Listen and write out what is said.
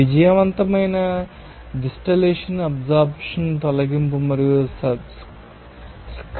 విజయవంతమైన distillation absorption తొలగింపు మరియు స్క్రబ్బింగ్ ప్రక్రియలు